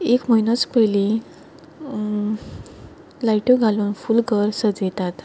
एक म्हयनोच पयलीं लायटो घालून फूल घर सजयतात